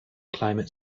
climate